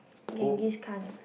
Genghis-Khan